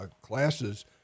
classes